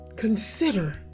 Consider